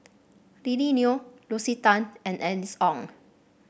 Lily Neo Lucy Tan and Alice Ong